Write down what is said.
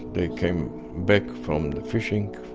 they came back from the fishing,